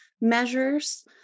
measures